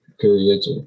periods